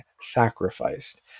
sacrificed